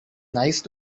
nice